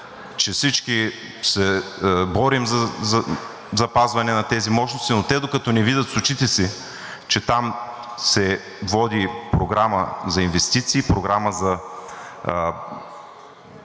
че всички се борим за запазване на тези мощности, но те, като не видят с очите си, че там се води програма за инвестиции, програма за